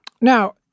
Now